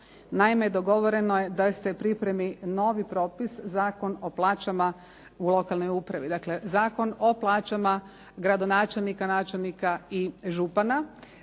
Naime, dogovoreno je da se pripremi novi propis, Zakon o plaćama u lokalnoj upravi. Dakle, Zakon o plaćama gradonačelnika, načelnika i župana.